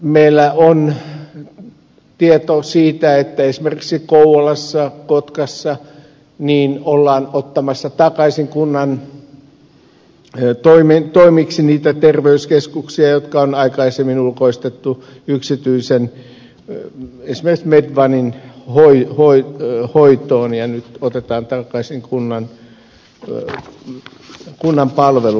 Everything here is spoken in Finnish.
meillä on tieto siitä että esimerkiksi kouvolassa ja kotkassa ollaan ottamassa takaisin kunnan toimeksi niitä terveyskeskuksia jotka ovat aikaisemmin ulkoistettu yksityisen esimerkiksi medonen hoitoon ja nyt ne siis otetaan takaisin kunnan palveluksi